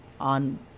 on